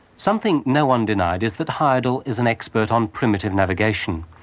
something no one denied is that heyerdahl is an expert on primitive navigation.